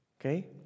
Okay